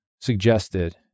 suggested